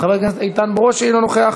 חבר הכנסת איתן ברושי, אינו נוכח.